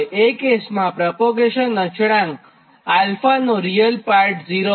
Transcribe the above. તો એ કેસમાં પ્રોપેગેશન અચળાંક 𝛼 નો રીયલ પાર્ટ 0 હોય